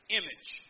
image